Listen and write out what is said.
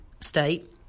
state